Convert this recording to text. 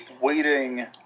waiting